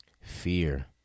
fear